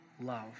love